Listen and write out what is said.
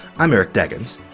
i'm eric deggans.